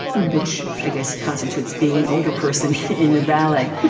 which, i guess, constitutes being an older person in a ballet.